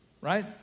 right